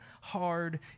hard